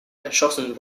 erschossen